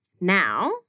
Now